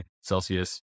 Celsius